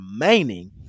remaining